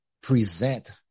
present